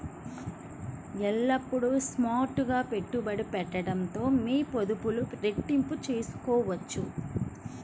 ఎల్లప్పుడూ స్మార్ట్ గా పెట్టుబడి పెట్టడంతో మీ పొదుపులు రెట్టింపు చేసుకోవచ్చు